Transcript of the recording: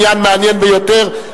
עניין מעניין ביותר,